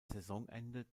saisonende